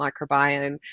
microbiome